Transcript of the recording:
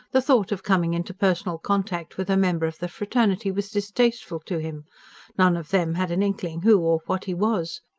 the thought of coming into personal contact with a member of the fraternity was distasteful to him none of them had an inkling who or what he was.